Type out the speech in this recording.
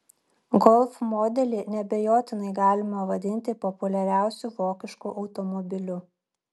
golf modelį neabejotinai galima vadinti populiariausiu vokišku automobiliu